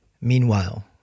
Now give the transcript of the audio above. Meanwhile